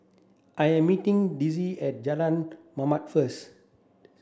I am meeting Desirae at Jalan Mamam first